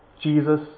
Jesus